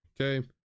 okay